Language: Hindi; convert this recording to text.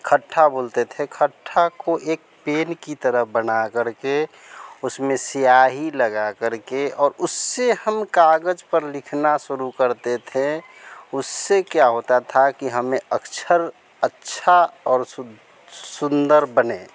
खट्ठा बोलते थे खट्ठा को एक पेन की तरह बना करके उसमें स्याही लगा करके और उससे हम काग़ज़ पर लिखना शुरू करते थे उससे क्या होता था कि हमें अक्षर अच्छा और सु सुन्दर बने